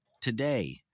Today